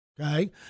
okay